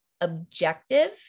objective